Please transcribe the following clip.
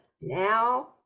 Now